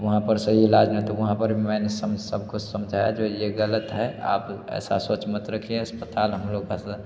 वहाँ पर सही इलाज ना होता वहाँ पर मैंने सम सब को समझाया जो ये ग़लत है आप ऐसा सोच मत रखिए अस्पताल हम लोग का